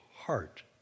heart